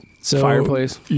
Fireplace